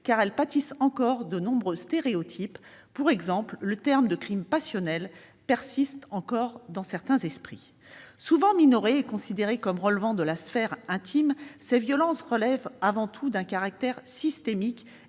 car elles pâtissent encore de nombreux stéréotypes. Pour exemple, les mots « crime passionnel » persistent encore dans certains esprits. Souvent minorées et considérées comme relevant de la sphère intime, ces violences relèvent avant tout d'un caractère systémique